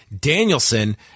Danielson